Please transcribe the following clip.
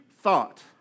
thought